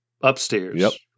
Upstairs